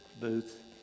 booth